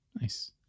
Nice